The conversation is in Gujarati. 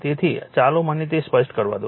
તેથી ચાલો મને તે સ્પષ્ટ કરવા દો